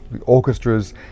orchestras